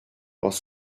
was